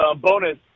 bonus